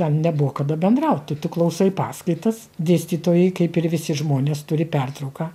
ten nebuvo kada bendrauti tu klausai paskaitas dėstytojai kaip ir visi žmonės turi pertrauką